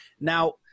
Now